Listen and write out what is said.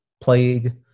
Plague